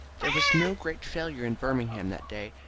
there was no great failure in birmingham that day,